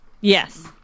Yes